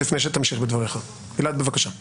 שתמשיך בדבריך, לגלעד יש שאלות אליך.